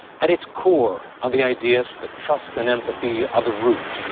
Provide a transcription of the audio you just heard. at its core are the ideas that trust and empathy are the root,